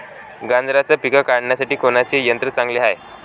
गांजराचं पिके काढासाठी कोनचे यंत्र चांगले हाय?